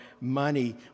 money